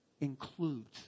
includes